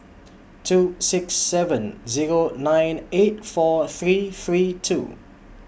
two six seven Zero nine eight four three three two